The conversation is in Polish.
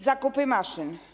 Zakupy maszyn.